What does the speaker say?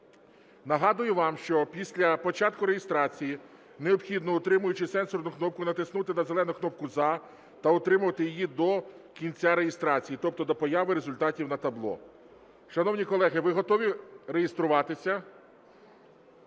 Нагадую вам, що після початку реєстрації необхідно, утримуючи сенсорну кнопку, натиснути на зелену кнопку "За" та утримувати її до кінця реєстрації, тобто до появи результатів на табло. Шановні колеги, ви готові реєструватися?